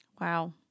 Wow